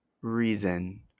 reason